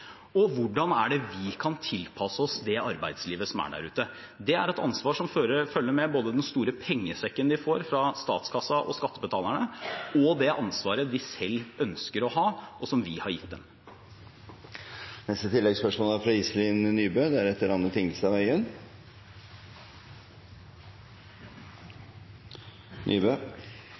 er et ansvar som følger med både den store pengesekken de får fra statskassen og skattebetalerne, og det ansvaret de selv ønsker å ha, og som vi har gitt dem. Iselin Nybø – til oppfølgingsspørsmål. Der jeg er fra,